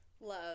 Love